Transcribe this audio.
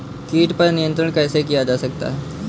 कीट पर नियंत्रण कैसे किया जा सकता है?